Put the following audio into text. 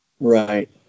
Right